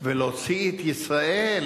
ולהוציא את ישראל